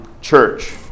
church